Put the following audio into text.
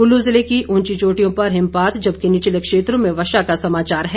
कुल्लू जिले की उंची चोटियों पर हिमपात जबकि निचले क्षेत्रों में वर्षा का समाचार है